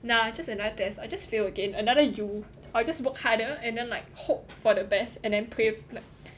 nah just another test I just fail again another U I'll just work harder and then like hope for the best and then pray like